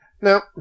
Now